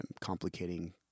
complicating